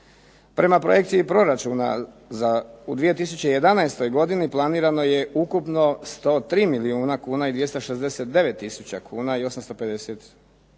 Prema projekciji proračuna u 2011. godini planirano je ukupno 103 milijuna kuna i 269 tisuća kuna i 856 kuna,